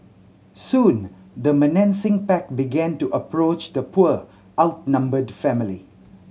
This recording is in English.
soon the menacing pack began to approach the poor outnumbered family